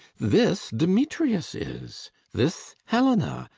this demetrius is, this helena,